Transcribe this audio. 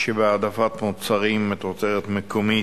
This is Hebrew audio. שבהעדפת מוצרים מתוצרת מקומית,